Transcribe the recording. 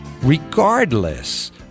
regardless